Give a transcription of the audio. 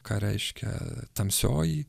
ką reiškia tamsioji